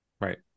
Right